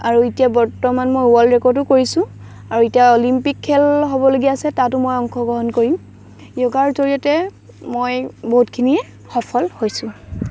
আৰু এতিয়া বৰ্তমান মই ৱৰ্ল্ড ৰেকৰ্ডো কৰিছোঁ আৰু এতিয়া অলিম্পিক খেল হ'বলগীয়া আছে তাতো মই অংশগ্ৰহণ কৰিম যোগাৰ জড়িয়তে মই বহুতখিনিয়ে সফল হৈছোঁ